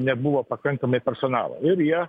nebuvo pakankamai personalo ir jie